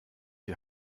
die